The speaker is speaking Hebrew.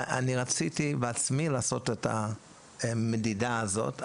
אני רציתי לעשות בעצמי את המדידה הזאת,